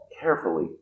carefully